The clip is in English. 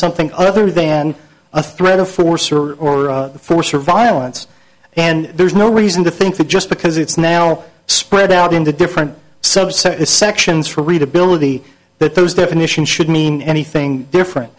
something other than a threat of force or force or violence and there's no reason to think that just because it's now spread out into different subsets is sections for readability but those definitions should mean anything different